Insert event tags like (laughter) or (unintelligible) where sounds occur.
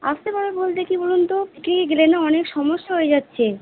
আসতে পারে বলতে কী বলুন তো (unintelligible) অনেক সমস্যা হয়ে যাচ্ছে